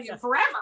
forever